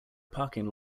parking